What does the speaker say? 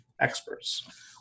experts